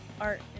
art